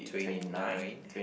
twenty nine